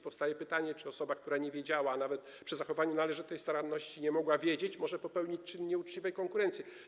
Powstaje pytanie, czy osoba, która nie wiedziała i nawet przy zachowaniu należytej staranności nie mogła wiedzieć, może popełnić czyn nieuczciwej konkurencji.